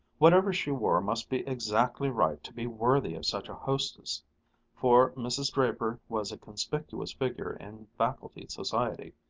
whatever she wore must be exactly right to be worthy of such a hostess for mrs. draper was a conspicuous figure in faculty society.